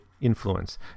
influence